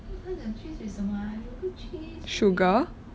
sugar